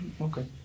Okay